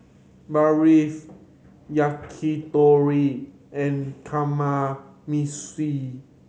Barfi Yakitori and Kamameshi